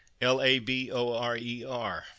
l-a-b-o-r-e-r